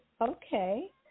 Okay